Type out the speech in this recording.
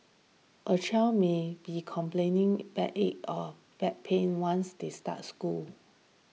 a child maybe complaining back it a back pain once they start school